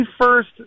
first